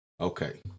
Okay